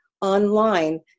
online